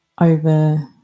over